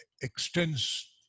extends